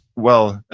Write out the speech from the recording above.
well,